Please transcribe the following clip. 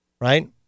right